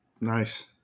Nice